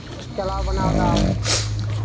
ᱪᱟᱞᱟᱣ ᱵᱟᱱᱟᱣᱫᱟ